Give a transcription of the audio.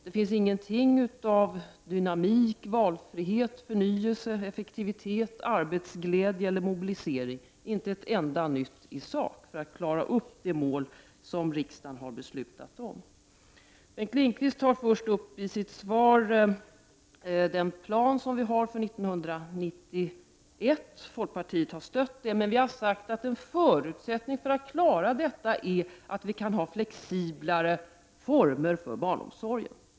Det finns ingenting av dynamik, valfrihet, förnyelse, effektivitet, arbetsglädje eller mobilisering, inte en enda nyhet i sak för att klara upp det mål som riksdagen har beslutat om. Bengt Lindqvist tar först i sitt svar upp planen för 1991. Folkpartiet har stött den, men vi har sagt att en förutsättning för att klara detta är att formerna för barnomsorgen blir mera flexibla.